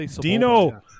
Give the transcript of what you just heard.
Dino